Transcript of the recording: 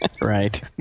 Right